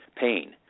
pain